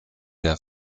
der